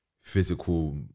physical